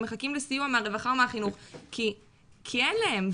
הם מחכים לסיוע מהרווחה או מהחינוך כי אין להם,